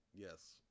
Yes